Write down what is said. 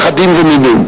נכדים ונינים,